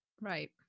Right